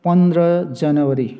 पन्ध्र जनवरी